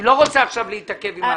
אני לא רוצה עכשיו להתעכב עם ההצבעה.